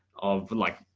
of like,